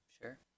Sure